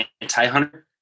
anti-hunter